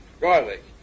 garlic